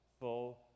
full